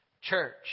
church